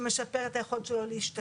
שמשפר את היכולת שלו להשתקם,